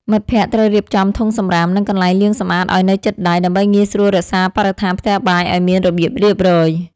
មិត្តភក្តិត្រូវរៀបចំធុងសំរាម និងកន្លែងលាងសម្អាតឱ្យនៅជិតដៃ ដើម្បីងាយស្រួលរក្សាបរិស្ថានផ្ទះបាយឱ្យមានរបៀបរៀបរយ។